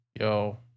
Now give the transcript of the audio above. Yo